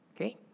Okay